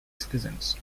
citizens